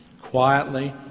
Quietly